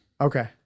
okay